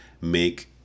make